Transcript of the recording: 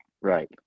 Right